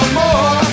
more